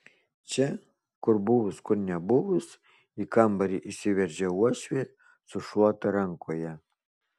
čia kur buvus kur nebuvus į kambarį įsiveržia uošvė su šluota rankoje